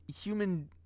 human